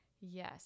Yes